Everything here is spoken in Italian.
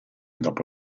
dopo